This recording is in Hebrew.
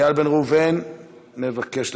איל בן ראובן מבקש לדבר.